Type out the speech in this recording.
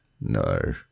no